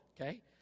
Okay